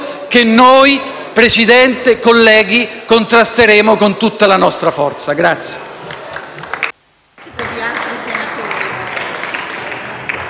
signor Presidente, colleghi, contrasteremo con tutta la nostra forza*.